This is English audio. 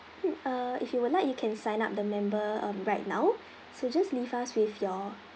mm uh if you would like you can sign up the member um right now so just leave us with your